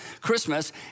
Christmas